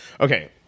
okay